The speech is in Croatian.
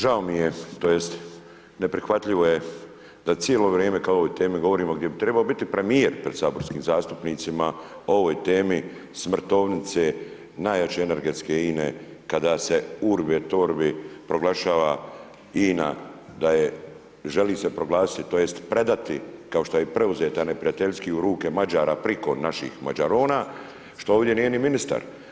Žao mi je, to jest neprihvatljivo je da cijelo vrijeme kao o ovoj temi govorimo gdje bi trebao biti premijer pred saborskim zastupnicima, o ovoj temi smrtovnice najjače energetske INA-e, kada se urbi et orbi proglašava INA-e da je, želi se proglasiti, to jest predati kao što je preuzeta neprijateljski u ruke Mađara priko naših Mađarona, što ovdje nije ni ministar.